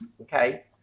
okay